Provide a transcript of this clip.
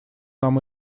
нам